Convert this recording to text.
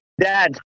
Dad